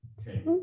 Okay